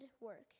work